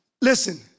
Listen